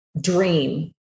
dream